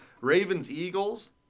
Ravens-Eagles